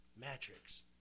Matrix